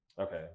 Okay